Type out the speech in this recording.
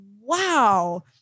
Wow